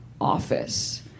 office